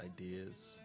ideas